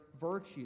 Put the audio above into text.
virtue